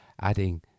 adding